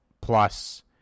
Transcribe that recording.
plus